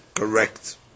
Correct